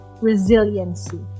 resiliency